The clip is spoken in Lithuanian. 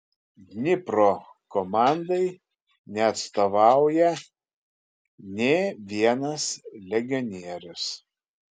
dnipro komandai neatstovauja nė vienas legionierius